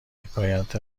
حکایت